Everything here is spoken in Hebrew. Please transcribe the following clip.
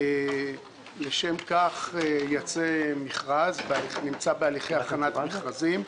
לשם כך, ייצא מכרז, נמצא בהליכי הכנת מכרזים,